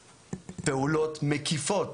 מבצעת פעולות מקיפות